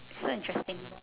so interesting